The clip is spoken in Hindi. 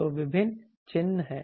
तो विभिन्न चित्र हैं